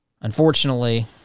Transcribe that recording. Unfortunately